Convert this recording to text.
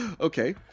Okay